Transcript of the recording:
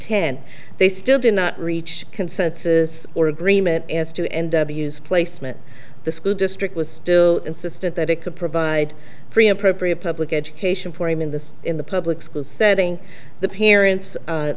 ten they still did not reach consensus or agreement as to end placement the school district was still insistent that it could provide free appropriate public education for him in the in the public school setting the parents